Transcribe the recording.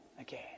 again